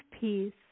peace